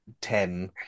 ten